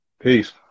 Peace